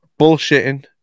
bullshitting